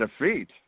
defeat